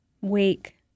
Wake